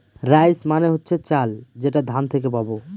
rice মানে হচ্ছে চাল যেটা ধান থেকে পাবো